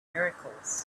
miracles